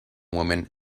woman